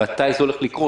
מתי זה הולך לקרות.